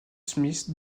smith